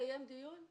התקיים דיון.